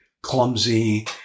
clumsy